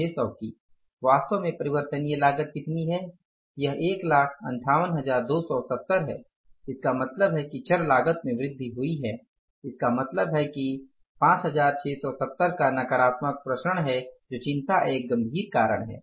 152600 की वास्तव में परिवर्तनीय लागत कितनी है यह 158270 है इसका मतलब है कि चर लागत में वृद्धि हुई है इसका मतलब है कि 5670 का नकारात्मक विचरण है जो चिंता का एक गंभीर कारण है